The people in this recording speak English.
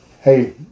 hey